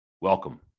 welcome